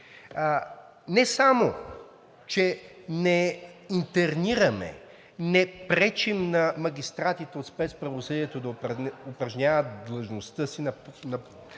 Не само че не интернираме, не пречим на магистратите от спецправосъдието да упражняват длъжността си